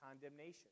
condemnation